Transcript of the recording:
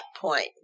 point